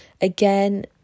again